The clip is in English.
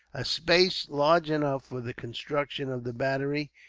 a space large enough for the construction of the battery,